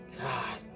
God